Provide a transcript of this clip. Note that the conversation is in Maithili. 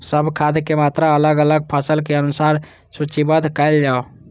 सब खाद के मात्रा के अलग अलग फसल के अनुसार सूचीबद्ध कायल जाओ?